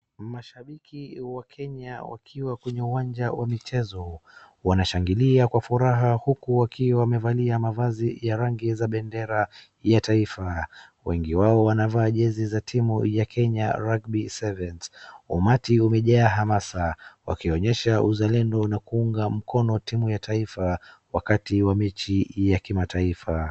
Mashabiki wa Kenya wakiwa kwenye uwanja wa michezo wanashangilia kwa furaha huku wakiwa wamevalia mavazi ya rangi za bendera ya taifa. Wengi wao wanavaa jezi za timu ya Kenya Rugby Sevens . Ummati umejaa hamasa wakionyesha uzalendo na kuunga mkono timu ya taifa wakati wa mechi ya kimataifa.